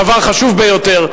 דבר חשוב ביותר.